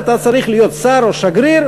אתה צריך להיות שר או שגריר,